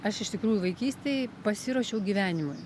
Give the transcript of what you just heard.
aš iš tikrųjų vaikystėj pasiruošiau gyvenimui